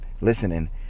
listening